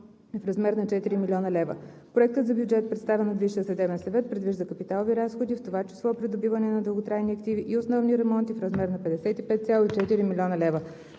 спрямо 2020 г. е в размер на 4 млн. лв. Проектът за бюджет, представен от Висшия съдебен съвет, предвижда капиталови разходи, в това число придобиване на дълготрайни активи и основни ремонти, в размер на 55,4 млн. лв.